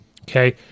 Okay